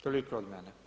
Toliko od mene.